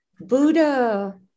Buddha